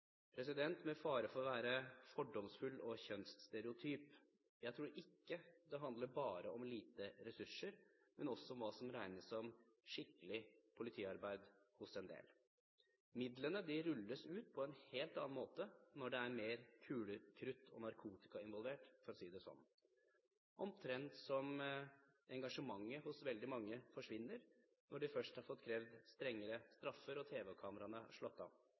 Med fare for å være fordomsfull og kjønnsstereotyp: Jeg tror ikke det handler bare om lite ressurser, men også om hva som regnes som skikkelig politiarbeid hos en del. Midlene rulles ut på en helt annen måte når det er mer kuler, krutt og narkotika involvert, for å si det sånn – omtrent sånn som engasjementet hos veldig mange forsvinner når de har fått krevd strengere straffer og